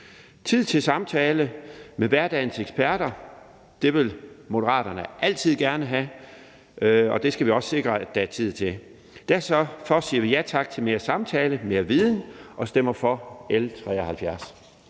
Tid til samtale med hverdagens eksperter vil Moderaterne altid gerne have, og det skal vi også sikre at der er tid til. Derfor siger vi ja tak til mere samtale og mere viden og stemmer for L 73.